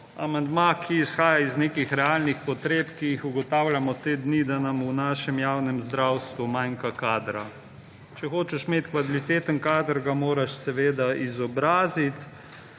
amandma, ki izhaja iz nekih realnih potreb, ki jih ugotavljamo te dni, da nam v našem javnem zdravstvu manjka kadra. Če hočeš imeti kvaliteten kader, ga moraš seveda izobraziti.